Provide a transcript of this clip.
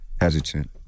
hesitant